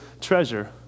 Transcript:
treasure